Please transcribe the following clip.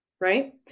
right